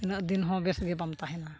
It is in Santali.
ᱛᱤᱱᱟᱹᱜ ᱫᱤᱱ ᱦᱚᱸ ᱵᱮᱥ ᱜᱮ ᱵᱟᱢ ᱛᱟᱦᱮᱱᱟ